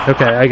Okay